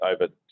over